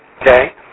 okay